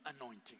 anointing